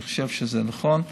אני חושב שזה נכון.